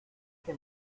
que